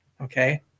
Okay